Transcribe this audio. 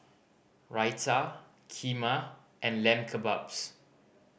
Raita Kheema and Lamb Kebabs